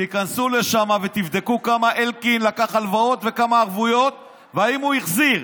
תיכנסו לשם ותבדקו כמה אלקין לקח הלוואות וכמה ערבויות והאם הוא החזיר.